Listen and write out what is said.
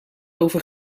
over